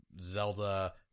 Zelda